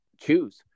choose